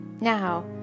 now